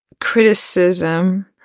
criticism